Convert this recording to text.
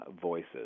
voices